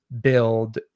build